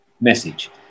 message